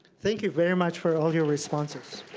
thank you very much for all your responses.